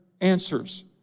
answers